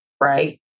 right